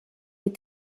les